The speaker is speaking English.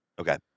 Okay